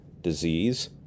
disease